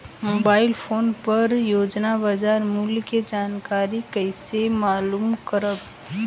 Mobile phone पर रोजाना बाजार मूल्य के जानकारी कइसे मालूम करब?